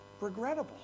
regrettable